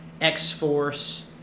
X-Force